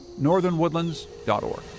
northernwoodlands.org